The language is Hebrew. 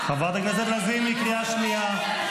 -- חברת הכנסת לזימי, קריאה שנייה.